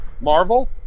Marvel